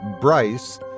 bryce